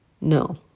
No